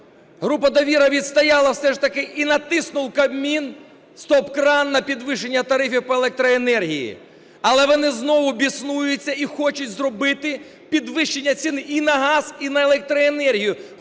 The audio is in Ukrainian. група "Довіра" відстояла все ж таки і натиснув Кабмін стоп-кран на підвищення тарифів по електроенергії. Але вони знову біснуються і хочуть зробити підвищення цін і на газ, і на електроенергію.